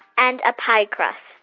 and a pie crust.